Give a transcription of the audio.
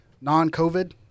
non-COVID